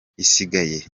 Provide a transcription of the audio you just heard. igisigaye